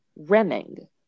Reming